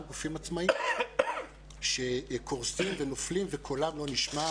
גופים עצמאיים שקורסים ונופלים וקולם לא נשמע,